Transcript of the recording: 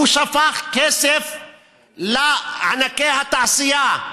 הוא שפך כסף לענקי התעשייה,